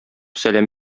сәлам